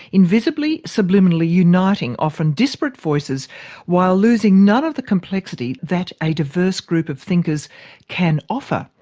invisibly, subliminally uniting often disparate voices while losing none of the complexity that a diverse group of thinkers can offer',